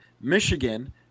Michigan